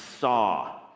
saw